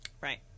Right